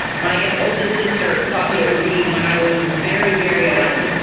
my yeah oldest sister taught me to read when i was very very young.